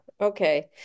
okay